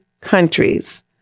countries